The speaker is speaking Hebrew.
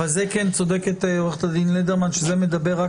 אבל צודקת עורכת הדין לדרמן שזה מדבר רק